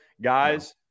Guys